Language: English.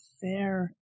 fair